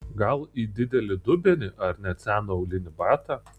gal į didelį dubenį ar net seną aulinį batą